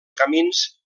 camins